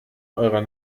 eurer